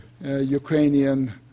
Ukrainian